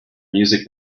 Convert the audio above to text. music